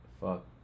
fuck